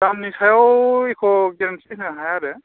दामनि सायाव एख' गेरेन्थि होनो हाया आरो